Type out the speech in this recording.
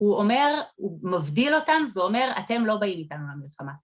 הוא אומר, הוא מבדיל אותם ואומר, אתם לא באים איתנו למלחמה.